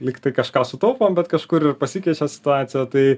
lyg tai kažką sutaupom bet kažkur ir pasikeičia situacija tai